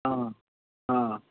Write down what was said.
ആ ആ